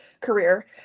career